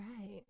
right